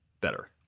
better